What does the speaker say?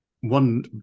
one